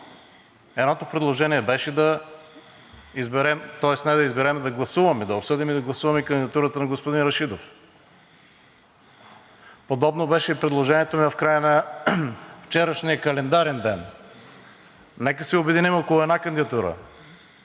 Едното предложение беше да изберем, тоест не да изберем, а да гласуваме, да обсъдим и да гласуваме кандидатурата на господин Рашидов. Подобно беше и предложението в края на вчерашния календарен ден. Нека да се обединим върху една кандидатура,